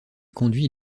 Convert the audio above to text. conduits